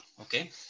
okay